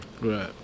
Right